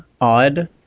odd